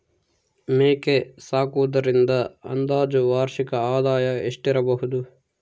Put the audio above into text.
ಮೇಕೆ ಸಾಕುವುದರಿಂದ ಅಂದಾಜು ವಾರ್ಷಿಕ ಆದಾಯ ಎಷ್ಟಿರಬಹುದು?